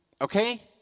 okay